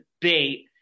debate